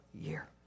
year